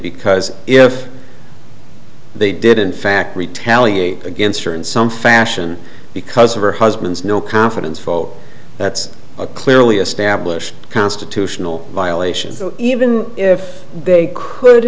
because if they did in fact retaliate against her in some fashion because of her husband's no confidence vote that's a clearly established constitutional violation even if they could